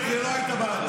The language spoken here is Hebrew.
אין לך מושג.